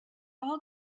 all